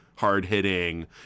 hard-hitting